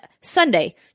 Sunday